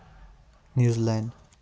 New Zealand